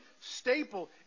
staple